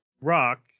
rock